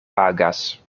pagas